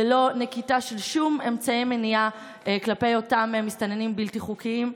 ללא נקיטה של שום אמצעי מניעה כלפי אותם מסתננים בלתי חוקיים.